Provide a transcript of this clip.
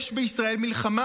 יש בישראל מלחמה,